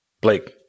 Blake